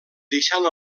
deixant